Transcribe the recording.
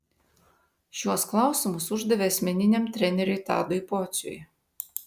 šiuos klausimus uždavė asmeniniam treneriui tadui pociui